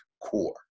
core